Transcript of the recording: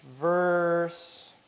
verse